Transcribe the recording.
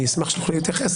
אני אשמח שתוכלי להתייחס,